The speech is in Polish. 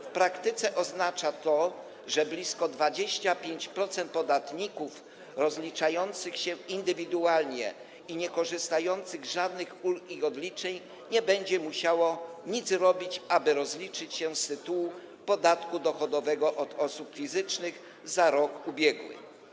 W praktyce oznacza to, że blisko 25% podatników rozliczających się indywidualnie i niekorzystających z żadnych ulg ani odliczeń nie będzie musiało nic zrobić, aby rozliczyć się z tytułu podatku dochodowego od osób fizycznych za rok ubiegły.